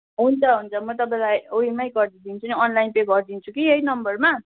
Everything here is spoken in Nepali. हुन्छ हुन्छ म तपाईँलाई ऊ योमै गरिदिन्छु नि अनलाइन पे गरिदिन्छु कि यही नम्बरमा